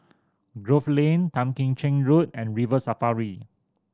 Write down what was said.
Grove Lane Tan Kim Cheng Road and River Safari